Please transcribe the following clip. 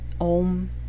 OM